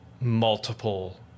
multiple